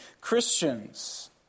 Christians